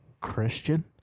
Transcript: Christian